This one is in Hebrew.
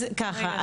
אז ככה,